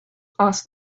asked